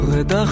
Red